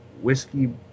Whiskey